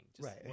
right